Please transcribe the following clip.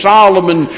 Solomon